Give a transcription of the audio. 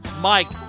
Mike